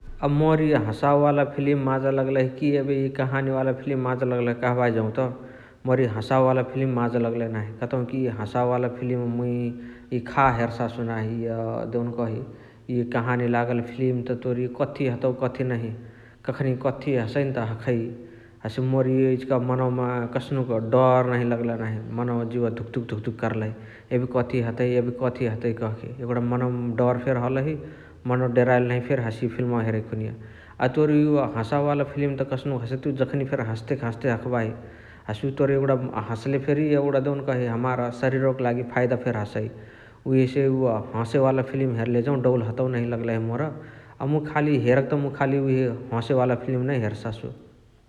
मोर इअ हसावे वाल फिलिम माजा लगलही कि एबे इअ कहाँअनी वाला फिलिम माजा लगलही कहबाही जौत मोर इअ हसावे वाला फिलिम माजा लगलही नाही । कतउकी हसावे वाल फिलिम मुइ इअ खा हेरसासु नाइ । इअ देउनकही इअ काहानी लागल फिलिम त तोर कथि हतउ कथिनाही कखनी कथी हसइनत हखइ । हसे मोर इअ इचिका मनवमा कसनुक डर नहिया लगलही नाही । मनवा जिउवा धुक धुक करलही एबे कथी हतइ एबे कथी हतइ कहके । एगुणा मनवमा डर फेरी हलही मनवा डेराइल नहिया फेरी हसिय फिल्मावा हेरइ खुनिया । अ तोर इय हसवे वाला फिलिम त कसनुक हसइ तुइ जखानेए फेरी हसते क हसते हखबाही । हसे उअ तोर एगुणा हसले फेरी एगुणा देउनकही हमार सारीरवक लागी फाइदा फेरी हसइ । उहेसे उअ हसे वाला फिलिम हेरले जौ डौल हतउ नहिया लगलही मोर । अ मुइ खाली हेरके त मुइ खाली हसे वाला फिलिम नै हेरसासु ।